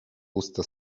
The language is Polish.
usta